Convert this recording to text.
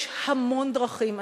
יש המון דרכים,